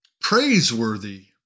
praiseworthy